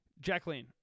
Jacqueline